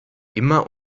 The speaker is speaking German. immer